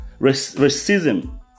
racism